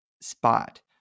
spot